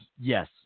Yes